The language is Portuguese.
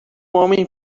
homem